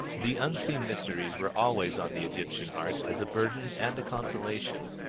the unseen mysteries were always on the egyptian heart as a burden and a consolation,